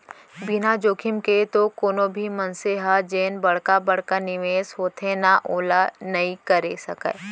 बिना जोखिम के तो कोनो भी मनसे ह जेन बड़का बड़का निवेस होथे ना ओला नइ करे सकय